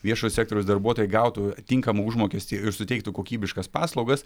viešojo sektoriaus darbuotojai gautų tinkamą užmokestį ir suteiktų kokybiškas paslaugas